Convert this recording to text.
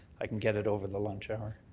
i can get it over the lunch hour.